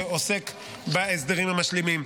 שעוסק בהסדרים המשלימים.